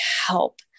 help